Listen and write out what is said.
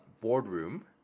boardroom